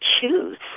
choose